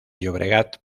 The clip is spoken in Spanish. llobregat